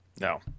No